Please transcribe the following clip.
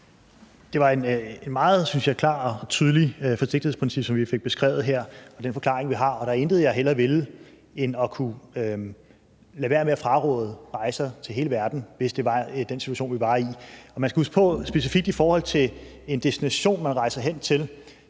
jeg, klart og tydeligt forsigtighedsprincip, som vi fik beskrevet her med den forklaring, jeg gav. Der var intet, jeg hellere ville, end at kunne lade være med at fraråde rejser til hele verden, hvis det var den situation, vi var i. Man skal huske på, at specifikt i forhold til en destination, man rejser hen til,